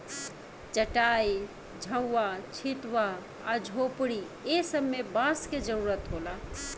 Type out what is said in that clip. चाटाई, झउवा, छित्वा आ झोपड़ी ए सब मे बांस के जरुरत होला